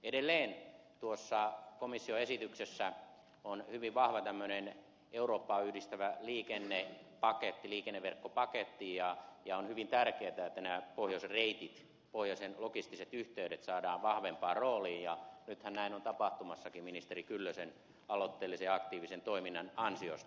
edelleen tuossa komission esityksessä on hyvin vahva tämmöinen eurooppaa yhdistävä liikennepaketti liikenneverkkopaketti ja on hyvin tärkeätä että nämä pohjoisen reitit pohjoisen logistiset yhteydet saadaan vahvempaan rooliin ja nythän näin on tapahtumassa ministeri kyllösen aloitteellisen ja aktiivisen toiminnan ansiosta